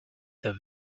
the